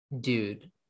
dude